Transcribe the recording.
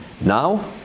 Now